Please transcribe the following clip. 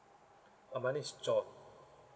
oh my name is chong